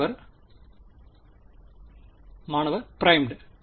மாணவர் மாணவர் பிறைமுட்